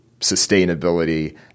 sustainability